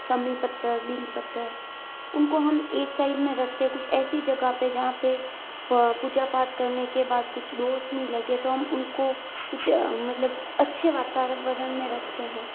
समी पत्थर बील पत्थर उनको हम एक साइड में रखते हैं कुछ ऐसी जगह पे जहाँ पे पूजा पाठ करने के बाद कुछ दोष नहीं लगे तो हम उनको कुछ मतलब अच्छे वातावरण में रखते हैं